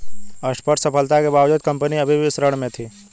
स्पष्ट सफलता के बावजूद कंपनी अभी भी ऋण में थी